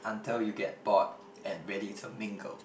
until you get bored and ready to mingle